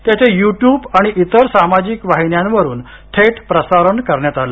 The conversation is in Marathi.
त्याचे युट्युब आणि इतर सामाजिक वाहिन्यावरून थेट प्रसारण करण्यात आलं